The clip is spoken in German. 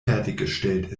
fertiggestellt